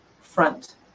front